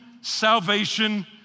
salvation